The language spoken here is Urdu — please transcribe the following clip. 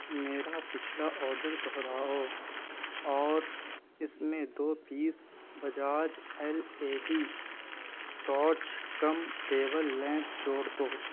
میرا پچھلا آرڈر دوہراؤ اور اس میں دو piece Bajaj L E D torch کم ٹیبل لیمپ جوڑ دو